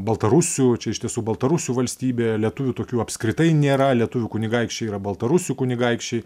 baltarusių čia iš tiesų baltarusių valstybė lietuvių tokių apskritai nėra lietuvių kunigaikščiai yra baltarusių kunigaikščiai